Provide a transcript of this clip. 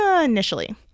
initially